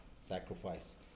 sacrifice